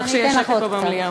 צריך שיהיה שקט פה, במליאה.